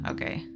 Okay